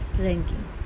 ranking